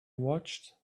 watched